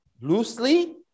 loosely